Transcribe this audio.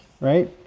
Right